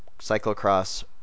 cyclocross